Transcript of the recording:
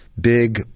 big